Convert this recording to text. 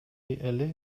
эле